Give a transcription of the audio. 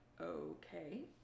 okay